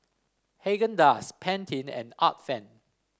Haagen Dazs Pantene and Art Friend